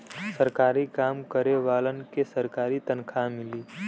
सरकारी काम करे वालन के सरकारी तनखा मिली